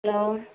hello